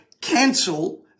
cancel